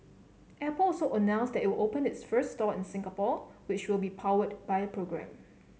Apple also announced that it will open its first store in Singapore which will be powered by the program